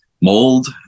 mold